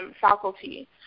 faculty